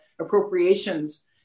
appropriations